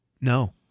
No